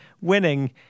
winning